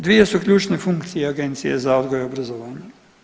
Dvije su ključne funkcije Agencije za odgoj i obrazovanje.